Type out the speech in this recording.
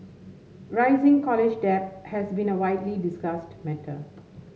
rising college debt has been a widely discussed matter